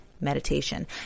meditation